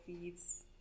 feeds